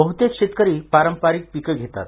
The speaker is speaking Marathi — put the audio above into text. बहुतेक शेतकरी पारंपरिक पिकं घेतात